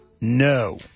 No